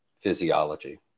physiology